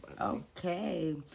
okay